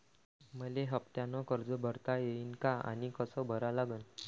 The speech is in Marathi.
मले हफ्त्यानं कर्ज भरता येईन का आनी कस भरा लागन?